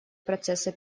процесса